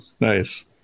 nice